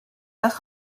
nach